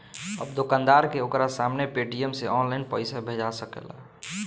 अब दोकानदार के ओकरा सामने पेटीएम से ऑनलाइन पइसा भेजा सकेला